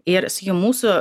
ir sakykim mūsų